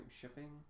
shipping